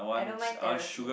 I don't mind therapy